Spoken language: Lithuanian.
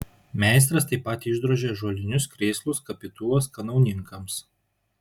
meistras taip pat išdrožė ąžuolinius krėslus kapitulos kanauninkams